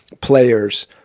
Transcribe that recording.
players